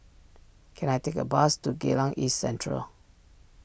can I take a bus to Geylang East Central